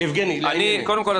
יבגני --- קודם כול,